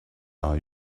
are